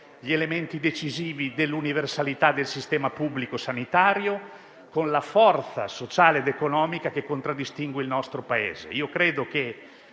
gli elementi decisivi dell'universalità del Sistema pubblico sanitario, con la forza sociale ed economica che contraddistingue il nostro Paese. Credo che,